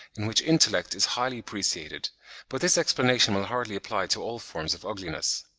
in which intellect is highly appreciated but this explanation will hardly apply to all forms of ugliness.